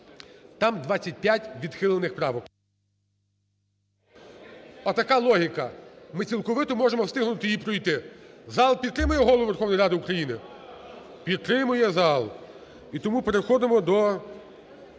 там 25 відхилених правок. Отака логіка, ми цілковито зможемо встигнути її пройти. Зал підтримує Голову Верховної Ради України? Підтримує зал. І тому переходимо до